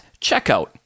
checkout